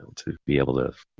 to be able to, you